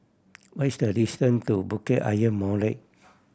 what is the distance to Bukit Ayer Molek